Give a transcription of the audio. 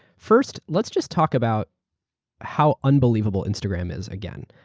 first, let's just talk about how unbelievable instagram is again.